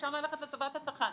אפשר ללכת לטובת הצרכן.